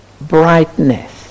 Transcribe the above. brightness